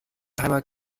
timer